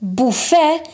buffet